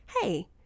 hey